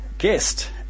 guest